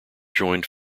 joined